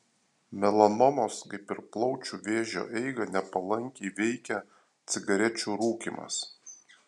melanomos kaip ir plaučių vėžio eigą nepalankiai veikia cigarečių rūkymas